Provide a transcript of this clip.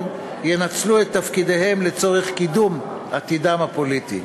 ינצלו את תפקידיהם לצורך קידום עתידם הפוליטי.